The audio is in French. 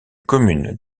commune